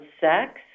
sex